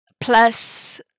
plus